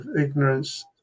ignorance